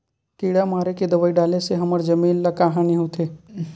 किड़ा मारे के दवाई डाले से हमर जमीन ल का हानि होथे?